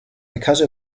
because